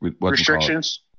Restrictions